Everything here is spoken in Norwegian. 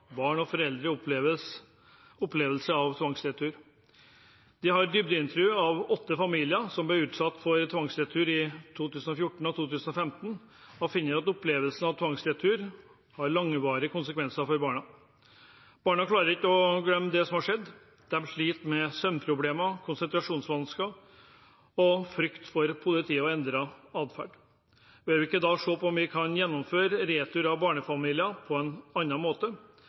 barn og foreldres opplevelse av tvangsretur». De har dybdeintervjuet åtte familier som ble utsatt for tvangsretur i 2014 og 2015, og har funnet at opplevelsen av tvangsretur har langvarige konsekvenser for barna. Barna klarer ikke å glemme det som har skjedd. De sliter med søvnproblemer, konsentrasjonsvansker, frykt for politiet og endret adferd. Bør vi ikke da se om vi kan gjennomføre retur av barnefamilier på en annen måte?